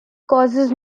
causes